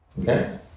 Okay